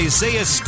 Isaiah